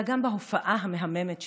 אלא גם בהופעה המהממת שלך,